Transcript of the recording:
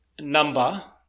number